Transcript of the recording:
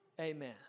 Amen